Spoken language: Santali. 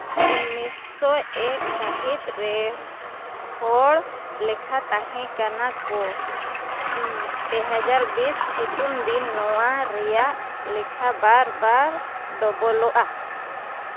ᱩᱱᱤᱥᱥᱚ ᱮᱠ ᱥᱟᱹᱦᱤᱛ ᱨᱮ ᱦᱚᱲ ᱞᱮᱠᱷᱟ ᱛᱟᱦᱮᱸ ᱠᱟᱱᱟ ᱠᱚ ᱯᱮ ᱦᱟᱡᱟᱨ ᱵᱤᱥ ᱥᱤᱛᱩᱝ ᱫᱤᱱ ᱱᱚᱣᱟ ᱨᱮᱭᱟᱜ ᱞᱮᱠᱷᱟ ᱵᱟᱨ ᱵᱟᱨ ᱰᱚᱵᱚᱞᱚᱜᱼᱟ